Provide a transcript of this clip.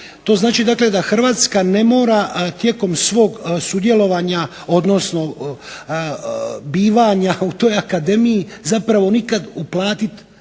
To znači, dakle da Hrvatska ne mora tijekom svog sudjelovanja, odnosno bivanja u toj akademiji zapravo nikad uplatiti